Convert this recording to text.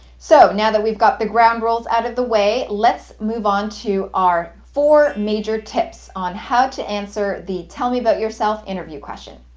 so, now that we've got the ground rules out of the way, let's move onto our four major tips on how to answer the tell me about yourself interview question.